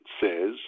says